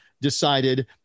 decided